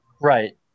Right